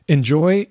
Enjoy